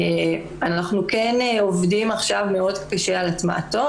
אנחנו כן עובדים עכשיו מאוד קשה על הטמעתו